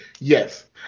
Yes